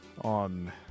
on